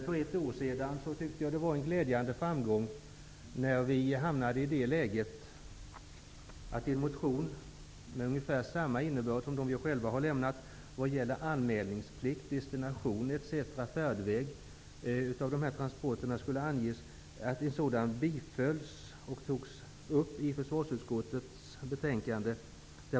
För ett år sedan tyckte jag dock att det var en glädjande framgång när en motion av ungefär samma innebörd som de jag själv har lämnat in vad gäller anmälningsplikt om destination, färdväg osv. bifölls och togs upp i försvarsutskottets betänkande.